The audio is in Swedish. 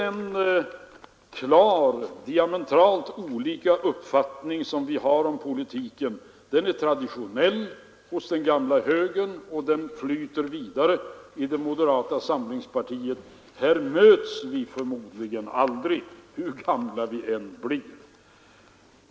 Herr Bohmans diametralt motsatta uppfattning om politiken var traditionell för den gamla högern, och den flyter vidare i moderata samlingspartiet. Här möts vi förmodligen aldrig, hur gamla vi än blir.